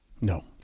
No